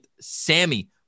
Sammy